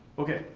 okay.